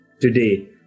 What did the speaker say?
today